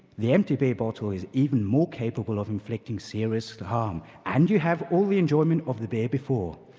the empty beer bottle is even more capable of inflicting serious harm. and you have all the enjoyment of the beer before.